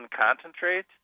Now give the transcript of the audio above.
concentrate